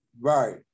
right